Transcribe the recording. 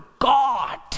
God